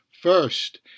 First